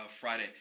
Friday